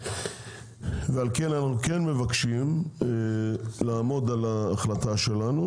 ועל כן אנחנו כן מבקשים לעמוד על ההחלטה שלנו